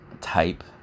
type